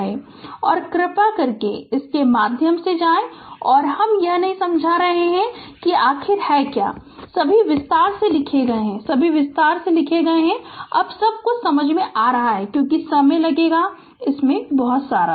Refer Slide Time 2431 और कृपया इसके माध्यम से जाएं हम यह नहीं समझा रहे कि यह आखिरी है सभी विस्तार से लिखे गए हैं सभी विस्तार से लिखे गए हैं और अब सब कुछ समझ में आ रहा है क्योंकि समय लगेगा काफी समय लगता है